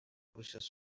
wishes